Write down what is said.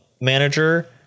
manager